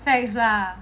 facts lah